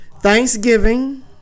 Thanksgiving